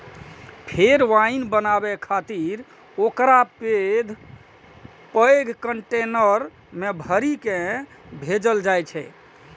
फेर वाइन बनाबै खातिर ओकरा पैघ पैघ कंटेनर मे भरि कें भेजल जाइ छै